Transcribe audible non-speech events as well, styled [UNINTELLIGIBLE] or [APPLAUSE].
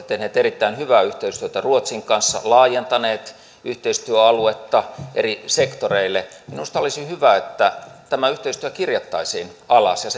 [UNINTELLIGIBLE] tehneet erittäin hyvää yhteistyötä ruotsin kanssa laajentaneet yhteistyöaluetta eri sektoreille minusta olisi hyvä että tämä yhteistyö kirjattaisiin alas ja [UNINTELLIGIBLE]